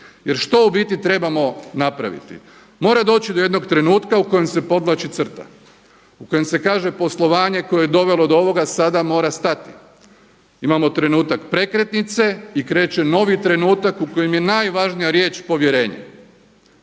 Jer što u biti trebamo napraviti? Mora doći do jednog trenutka u kojem se podvlači crta u kojem se kaže poslovanje koje je dovelo do ovoga sada mora stati. Imamo trenutak prekretnice i kreće novi trenutak u kojem je najvažnija riječ povjerenje.